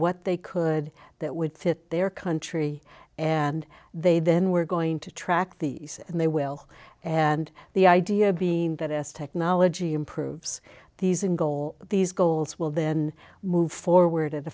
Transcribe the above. what they could that would fit their country and they then were going to track these and they will and the idea being that as technology improves these and goal these goals will then move forward at a